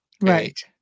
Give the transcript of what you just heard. Right